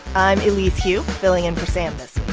i'm elise hu filling in for sam this